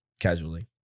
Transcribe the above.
casually